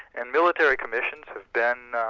and military commissions have been